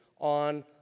on